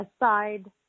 aside